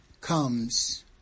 comes